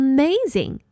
Amazing